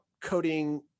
coding